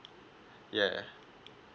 yeah